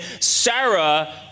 Sarah